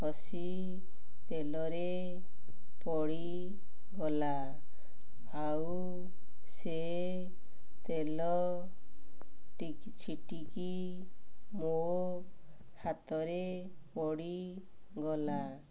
ଖସି ତେଲରେ ପଡ଼ିଗଲା ଆଉ ସେ ତେଲ ଛିଟିକି ମୋ ହାତରେ ପଡ଼ିଗଲା